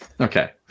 Okay